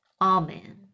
Amen